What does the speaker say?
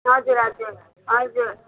हजुर हजुर हजुर